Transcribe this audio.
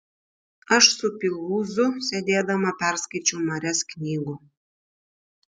aš su pilvūzu sėdėdama perskaičiau marias knygų